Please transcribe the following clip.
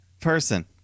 person